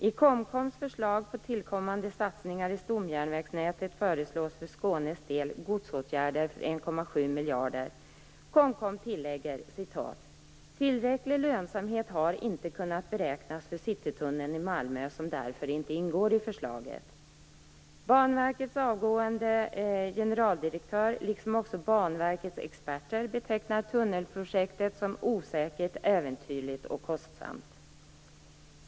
I KOMKOM:s förslag på tillkommande satsningar i stomjärnvägsnätet föreslås för Skånes del godsåtgärder för 1,7 miljarder. KOMKOM tillägger: Tillräcklig lönsamhet har inte kunnat beräknas för Citytunneln i Malmö, som därför inte ingår i förslaget. Banverkets avgående generaldirektör liksom också Banverkets experter betecknar tunnelprojektet som osäkert, äventyrligt och kostsamt.